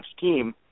team